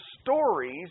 stories